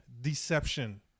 Deception